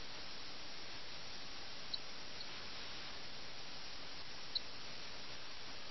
'ജാഗിർദാരി' ഒരു തമാശയല്ല യുദ്ധക്കളത്തിലേക്ക് പോകേണ്ടിവന്നാൽ അതെന്താണെന്ന് അവനറിയാം